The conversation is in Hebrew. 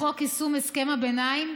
לחוק יישום הסכם הביניים